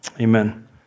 Amen